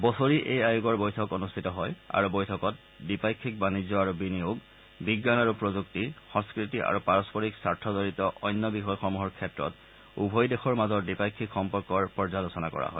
বছৰি এই আয়োগৰ বৈঠক অনুষ্ঠিত হয় আৰু বৈঠকত দ্বিপাক্ষিক বাণিজ্য আৰু বিনিয়োগ বিজ্ঞান আৰু প্ৰযুক্তি সংস্কৃতি আৰু পাৰস্পৰিক স্বাৰ্থজড়িত অন্য বিষয়সমূহৰ ক্ষেত্ৰত উভয় দেশৰ মাজৰ দ্বিপাক্ষিক সম্পৰ্ক বিষয়ক কাৰ্যকলাপ পৰ্যালোচনা চলোৱা হয়